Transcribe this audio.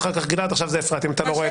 אם תוכל.